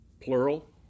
plural